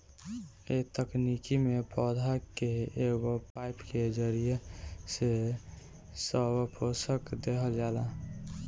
ए तकनीकी में पौधा के एगो पाईप के जरिया से सब पोषक देहल जाला